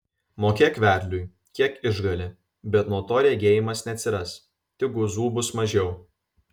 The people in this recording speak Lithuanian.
mokėk vedliui kiek išgali bet nuo to regėjimas neatsiras tik guzų bus mažiau